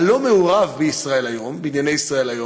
הלא-מעורב בענייני "ישראל היום"?